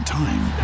time